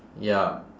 ya